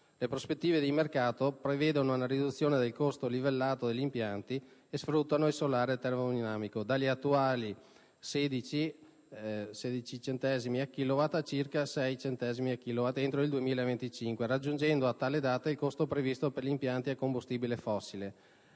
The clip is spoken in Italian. le prospettive di mercato prevedono una riduzione del costo livellato degli impianti che sfruttano il solare termodinamico, dagli attuali 16 USc/KWh a circa 6 USc/KWh, entro il 2025, raggiungendo a tale data il costo previsto per gli impianti a combustibile fossile;